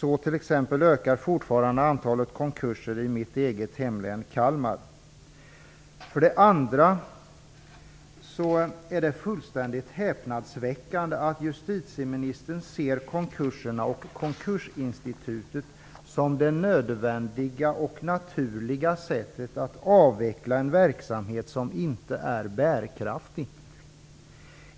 Antalet konkurser ökar t.ex. fortfarande i mitt eget hemlän För det andra är det häpnadsväckande att justitieministern ser konkurserna och konkursinstitutet som det nödvändiga och naturliga sättet att avveckla en verksamhet som inte är bärkraftig.